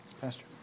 Pastor